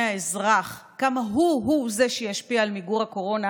האזרח כמה הוא הוא זה שישפיע על מיגור הקורונה,